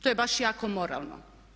To je baš jako moralno.